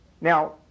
Now